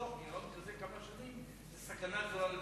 למשוך גירעון כזה כמה שנים זה סכנה גדולה למשק.